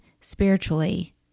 spiritually